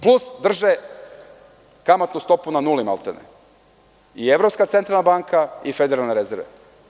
Plus drže kamatnu stopu na nuli maltene i Evropska centralna banka i Federalne rezerve.